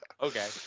Okay